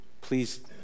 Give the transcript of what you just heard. please